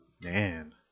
Man